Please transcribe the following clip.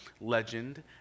legend